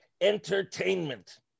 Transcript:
Entertainment